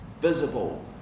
visible